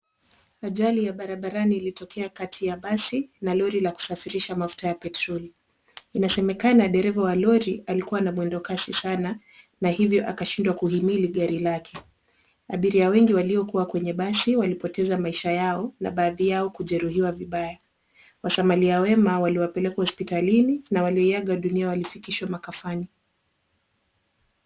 Ajali ya barabarani ilitokea kati ya basi na lori la kusafirisha mafuta ya petroli. Inasemekana dereva wa lori alikuwa na mwendo kasi sana na hivyo akashindwa kuhimili gari lake. Abiria wengi waliokuwa kwenye basi walipoteza maisha yao na baadhi yao kujeruhiwa vibaya. Wasamaria wema waliwapeleka hospitalini na walioaga dunia walifikishwa makafani.